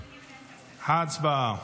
הצבעה.